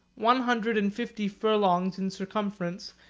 one hundred and fifty furlongs in circumference,